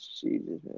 Jesus